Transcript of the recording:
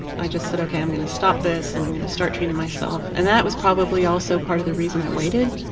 i just said i'm going to stop this and i'm going to start treating myself and that was probably also part of the reason i waited.